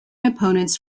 opponents